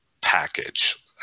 package